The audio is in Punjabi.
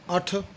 ਅੱਠ